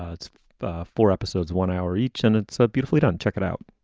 ah it's four episodes, one hour each. and it's so beautifully done. check it out.